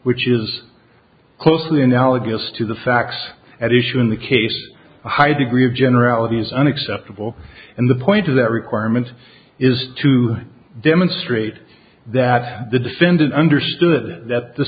which is closely analogous to the facts at issue in the case a high degree of generality is unacceptable and the point of that requirement is to demonstrate that the defendant understood that the